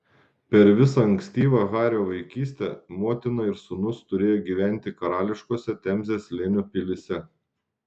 per visą ankstyvą hario vaikystę motina ir sūnus turėjo gyventi karališkose temzės slėnio pilyse